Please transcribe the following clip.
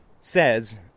says